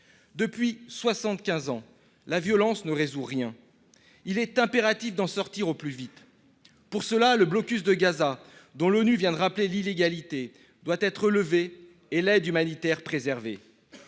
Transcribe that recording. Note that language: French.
ans, la violence n’a jamais rien résolu. Il est impératif d’en sortir au plus vite. Voilà pourquoi le blocus de Gaza, dont l’ONU vient de rappeler l’illégalité, doit être levé et l’aide humanitaire préservée.